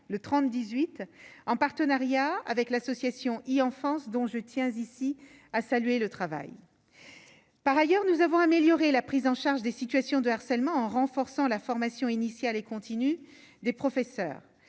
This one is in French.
le 30 18 en partenariat avec l'association, il en France dont je tiens ici à saluer le travail, par ailleurs, nous avons amélioré la prise en charge des situations de harcèlement en renforçant la formation initiale et continue des professeurs,